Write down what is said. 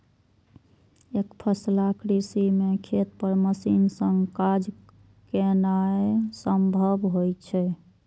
एकफसला कृषि मे खेत पर मशीन सं काज केनाय संभव होइ छै